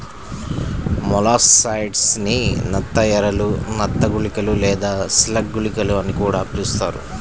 molluscicides ని నత్త ఎరలు, నత్త గుళికలు లేదా స్లగ్ గుళికలు అని కూడా పిలుస్తారు